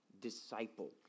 disciple